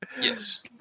Yes